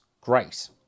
great